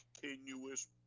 continuous